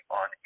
on